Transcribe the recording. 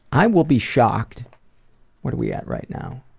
i will be shocked where are we at right now?